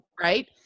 right